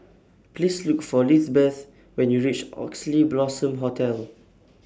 Please Look For Lizbeth when YOU REACH Oxley Blossom Hotel